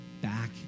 back